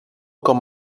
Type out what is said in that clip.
com